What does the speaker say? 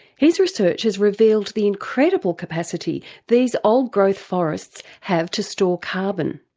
his research has revealed the incredible capacity these old growth forests have to store carbon.